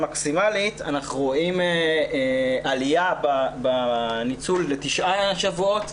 אנחנו רואים עלייה בניצול לתשעה שבועות,